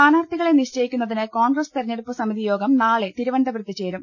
സ്ഥാനാർഥികളെ നിശ്ചയിക്കുന്നതിന് കോൺഗ്രസ് തെരഞ്ഞെ ടുപ്പ് സമിതി യോഗം നാളെ തിരുവനന്തപുരത്ത് ചേരും